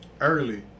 early